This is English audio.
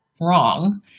wrong